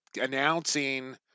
announcing